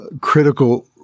critical